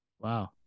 Wow